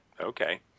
okay